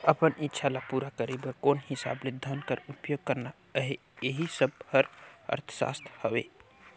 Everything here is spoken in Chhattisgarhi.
अपन इक्छा ल पूरा करे बर कोन हिसाब ले धन कर उपयोग करना अहे एही सब हर अर्थसास्त्र हवे